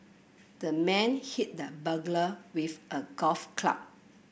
the man hit the burglar with a golf club